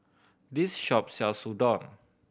this shop sells Udon